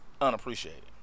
unappreciated